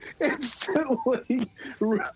instantly